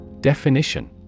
Definition